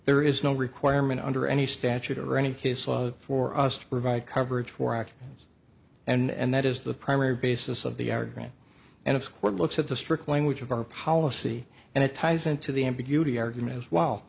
there is no requirement under any statute or any case law for us to provide coverage for actions and that is the primary basis of the our grant and if one looks at the strict language of our policy and it ties into the ambiguity argument as well